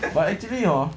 but actually hor